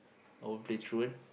okay throw it